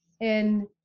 in-